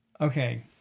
Okay